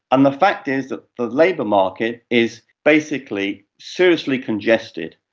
and the fact is that the labour market is basically seriously congested,